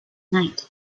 night